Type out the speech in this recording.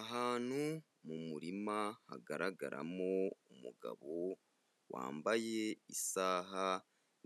Ahantu mumuma hagaragaramo umugabo wambaye isaha